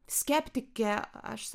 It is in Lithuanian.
skeptike aš